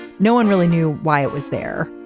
no one really knew why it was there.